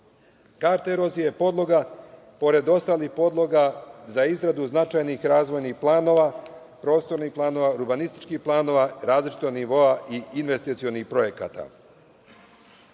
erozije je pomogla, pored ostalih podloga, za izradu značajnih razvojnih planova, prostornih planova, urbanističkih planova različitog nivoa i investicionih projekata.